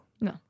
No